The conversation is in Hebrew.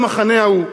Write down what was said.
במחנה ההוא,